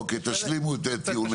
אוקיי ,תשלימו את טיעונכם.